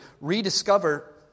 rediscover